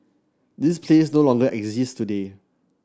this place no longer exists today